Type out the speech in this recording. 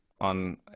on